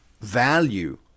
value